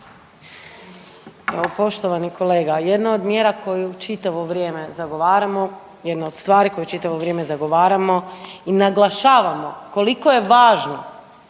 Poštovani kolega, jedna od mjera koju čitavo vrijeme zagovaramo i jedna od stvari koju čitavo vrijeme zagovaramo i naglašavamo koliko je važno